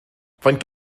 faint